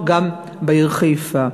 גם בעיר חיפה.